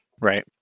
Right